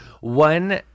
One